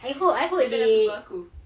I hope I hope they